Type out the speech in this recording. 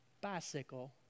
bicycle